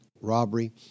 robbery